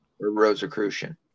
Rosicrucian